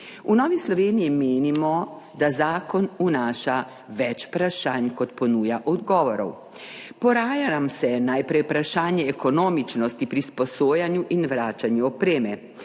V Novi Sloveniji menimo, da zakon vnaša več vprašanj kot ponuja odgovorov. Poraja se nam najprej vprašanje ekonomičnosti pri sposojanju in vračanju opreme,